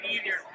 easier